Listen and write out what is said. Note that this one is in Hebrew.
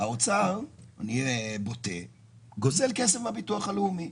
האוצר גוזל כסף מהביטוח הלאומי.